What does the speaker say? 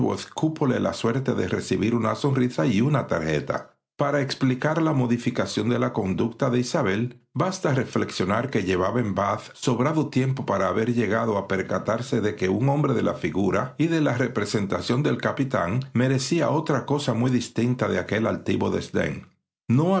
cúpole la suerte de recibir una sonrisa y una tarjeta para explicar la modificación de la conducta de isabel basta reflexionar que llevaba en bath sobrado tiempo para haber llegado a percatarse de que un hombre de la figura y de la representación del capitán merecía otra cosa muy distinta de aquel altivo desdén no